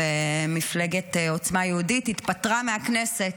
ומפלגת עוצמה יהודית התפטרה מהכנסת.